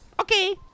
okay